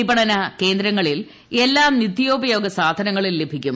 വിപണന കേന്ദ്രങ്ങളിൽ എല്ലാ നിത്യോപയോഗ സാധനങ്ങളും ലഭിക്കും